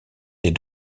des